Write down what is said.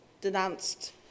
denounced